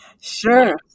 sure